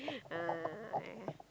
ah yeah